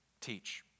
teach